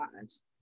lives